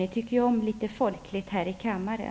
Ni tycker ju om litet folkligt här i kammaren.